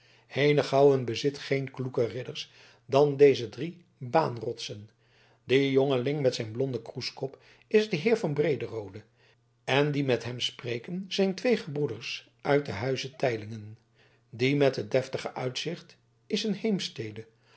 henegouwen bezit geen kloeker ridders dan deze drie baanrotsen die jongeling met zijn blonden kroeskop is de heer van brederode en die met hem spreken zijn twee gebroeders uit den huize teylingen die met het deftige uitzicht is een haemstede